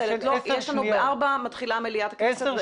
ב-16:00 מתחילה מליאת הכנסת.